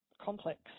complex